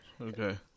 Okay